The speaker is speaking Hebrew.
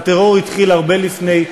הטרור התחיל הרבה לפני,